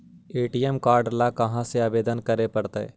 ATM card ल कहा आवेदन करे पड़तै?